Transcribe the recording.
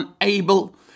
unable